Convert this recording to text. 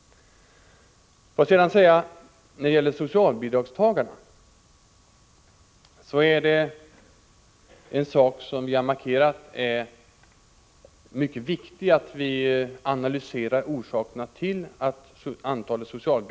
När det gäller ökningen av antalet socialbidragstagare vill jag säga att vi har markerat att det är mycket viktigt att man analyserar vilka orsaker som ligger bakom denna ökning.